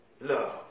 love